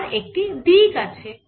আর একটি দিক আছে